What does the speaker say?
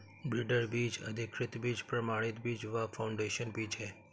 breeder बीज, अधिकृत बीज, प्रमाणित बीज व फाउंडेशन बीज है